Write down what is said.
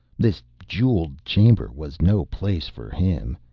this jeweled chamber was no place for him.